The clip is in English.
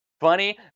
funny